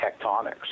tectonics